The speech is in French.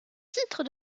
titre